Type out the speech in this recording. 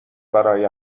برای